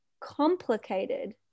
complicated